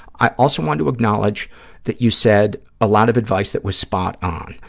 i also want to acknowledge that you said a lot of advice that was spot-on,